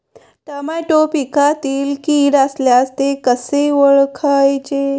Tomato पिकातील कीड असल्यास ते कसे ओळखायचे?